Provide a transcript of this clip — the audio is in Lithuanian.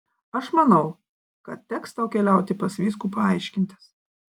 aš manau kad teks tau keliauti pas vyskupą aiškintis